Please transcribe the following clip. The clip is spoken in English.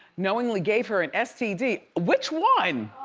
knowingly gave her an std. which one?